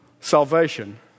salvation